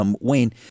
Wayne